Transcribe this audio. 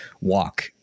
walk